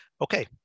Okay